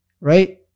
right